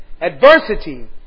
adversity